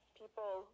people